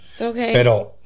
Okay